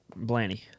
Blanny